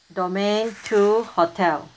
domain two hotel